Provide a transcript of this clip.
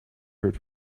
heard